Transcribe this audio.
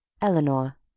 Eleanor